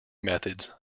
methods